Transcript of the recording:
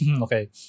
okay